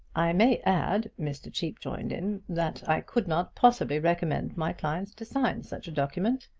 i may add, mr. cheape joined in, that i could not possibly recommend my clients to sign such a document.